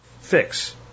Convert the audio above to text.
fix